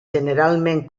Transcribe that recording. generalment